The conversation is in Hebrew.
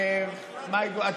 לא, לא.